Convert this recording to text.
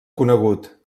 conegut